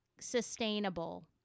sustainable